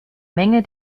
menge